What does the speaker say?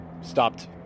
stopped